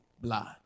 blood